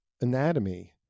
anatomy